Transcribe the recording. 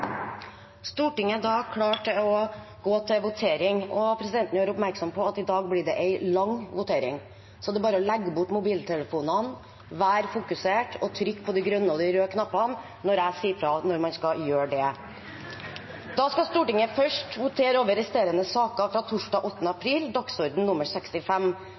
Stortinget er da klar til å gå til votering. Presidenten gjør oppmerksom på at i dag blir det en lang votering, så det er bare å legge bort mobiltelefonene, være fokusert og trykke på de grønne og røde knappene når presidenten sier fra at man skal gjøre det. Stortinget skal først votere over de resterende saker fra torsdag 8. april, dagsorden nr. 65.